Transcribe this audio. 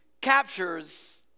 captures